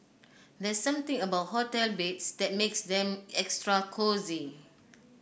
there's something about hotel beds that makes them extra cosy